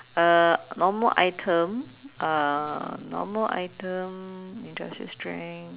uh normal item uh normal item industrial strength